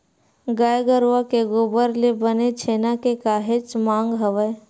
गाय गरुवा के गोबर ले बने छेना के काहेच मांग हवय